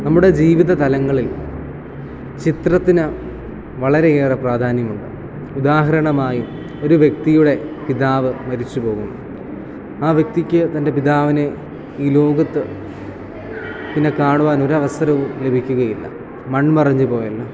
നമ്മുടെ ജീവിത തലങ്ങളിൽ ചിത്രത്തിന് വളരെ ഏറെ പ്രാധാന്യമുണ്ട് ഉദാഹരണമായി ഒരു വ്യക്തിയുടെ പിതാവ് മരിച്ചു പോകുന്നു ആ വ്യക്തിയ്ക്ക് തൻ്റെ പിതാവിനെ ഈ ലോകത്ത് പിന്നെ കാണുവാൻ ഒരു അവസരവും ലഭിക്കുകയില്ല മൺമറഞ്ഞ് പോയല്ലോ